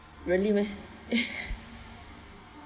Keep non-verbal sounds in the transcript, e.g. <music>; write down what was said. really meh <laughs>